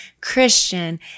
Christian